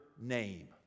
name